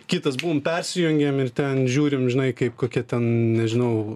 kitas būm persijungiam ir ten žiūrim žinai kaip kokia ten nežinau